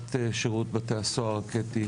לנציבת שירות בתי הסוהר קטי